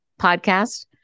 Podcast